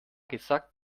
gesagt